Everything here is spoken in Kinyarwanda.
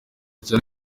cyane